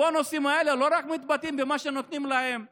הבונוסים האלה לא מתבטאים רק במה שנותנים להם בממשלה,